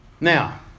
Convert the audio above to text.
now